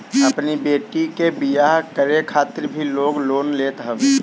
अपनी बेटी के बियाह करे खातिर भी लोग लोन लेत हवे